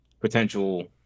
potential